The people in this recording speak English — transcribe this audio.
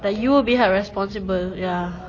like you will be held responsible ya